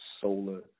solar